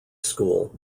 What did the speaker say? school